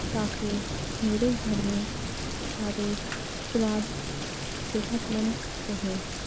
تاکہ میرے گھر میں سارے افراد صحت مند رہیں